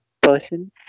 person